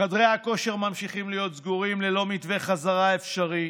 חדרי הכושר ממשיכים להיות סגורים ללא מתווה חזרה אפשרי,